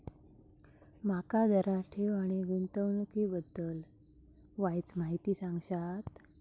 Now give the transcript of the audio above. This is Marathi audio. माका जरा ठेव आणि गुंतवणूकी बद्दल वायचं माहिती सांगशात?